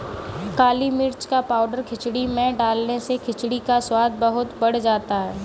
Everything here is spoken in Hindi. काली मिर्च का पाउडर खिचड़ी में डालने से खिचड़ी का स्वाद बहुत बढ़ जाता है